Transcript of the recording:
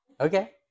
Okay